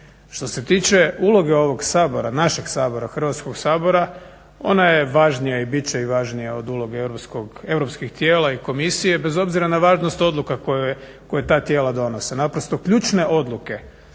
Što se tiče uloge ovog Sabora, našeg Sabora, Hrvatskog sabora ona je važnija i bit će važnija od uloge europskih tijela i komisije bez obzira na važnost odluka koje ta tijela donose. Naprosto ključne odluke